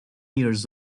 years